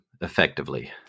effectively